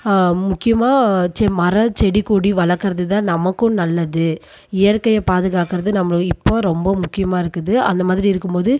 முக்கியமாக செ மர செடி கொடி வளர்க்குறது தான் நமக்கும் நல்லது இயற்கையை பாதுகாக்கிறது நம்ம இப்போது ரொம்ப முக்கியமாக இருக்குது அந்த மாதிரி இருக்கும் போது